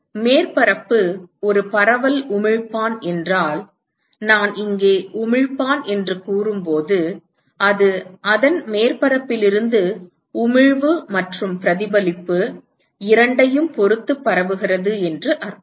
மேற்பரப்பு ஒரு பரவல் உமிழ்ப்பான் என்றால் நான் இங்கே உமிழ்ப்பான் என்று கூறும்போது அது அதன் மேற்பரப்பில் இருந்து உமிழ்வு மற்றும் பிரதிபலிப்பு உமிழ்வு மற்றும் பிரதிபலிப்பு இரண்டையும் பொறுத்து பரவுகிறது என்று அர்த்தம்